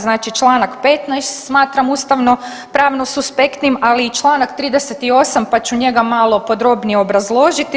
Znači Članak 15. smatram ustavno pravno suspektnim, ali i Članak 38. pa ću njega malo podrobnije obrazložiti.